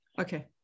Okay